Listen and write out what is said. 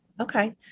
Okay